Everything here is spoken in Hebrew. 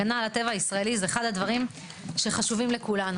הגנה על הטבע הישראלי זה אחד הדברים שחשובים לכולנו.